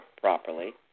properly